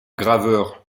graveur